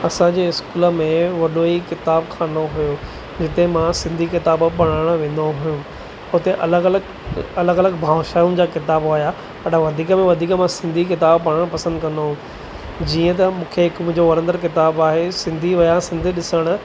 असांजे स्कूल में वॾो ई किताब खानो हुयो जिते मां सिंधी किताब पढ़णु वेंदो हुयुमि उते अलॻि अलॻि अलॻि अलॻि भाषाउनि जा किताब हुया पर वधीक में वधीक मां सिंधी किताबु पढ़णु पसंदि कंदो हुयुमि जीअं त मूंखे हिकु मुंहिंजो वड़ंदणु किताबु आहे सिंधी विया सिंध ॾिसणु